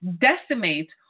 decimate